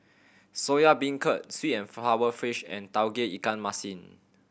Soya Beancurd sweet and sour fish and Tauge Ikan Masin